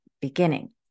beginning